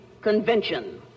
convention